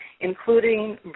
including